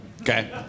Okay